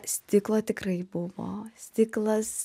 stiklo tikrai buvo stiklas